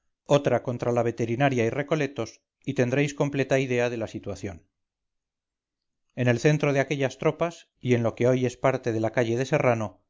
otra contra la veterinaria y recoletos y tendréis completa idea de la situación en el centro de aquellas tropas y en lo que hoy es parte de la calle de serrano